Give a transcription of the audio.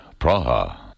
Praha